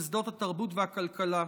בשדות התרבות והכלכלה.